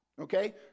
Okay